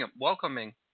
welcoming